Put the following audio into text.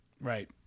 Right